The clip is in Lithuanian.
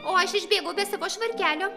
o aš išbėgau be savo švarkelio